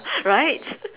right